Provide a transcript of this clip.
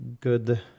good